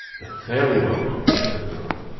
the ferry-boat! begged the girl,